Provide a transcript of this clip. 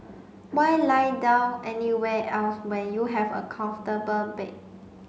why lie down anywhere else when you have a comfortable bed